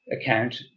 account